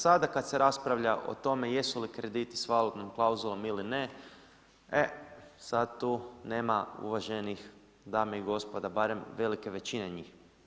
Sada kada se raspravlja o tome jesu li krediti sa valutnom klauzulom ili ne, e sada tu nema uvaženih dama i gospoda, barem velike većine njih.